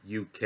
UK